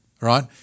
right